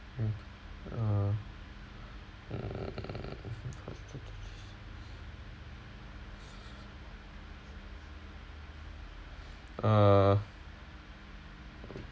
mm uh uh